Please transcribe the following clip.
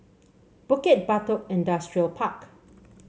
Bukit Batok Industrial Park